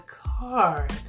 card